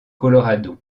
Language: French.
colorado